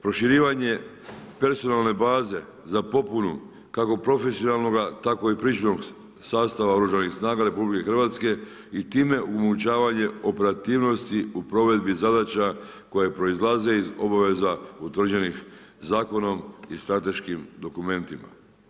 Proširivanje personalne baze za popunu kako profesionalnoga, tako i pričuvnog sastava Oružanih snaga Republike Hrvatske i time omogućavanje operativnosti u provedbi zadaća koje proizlaze iz obaveza utvrđenih zakonom i strateškim dokumentima.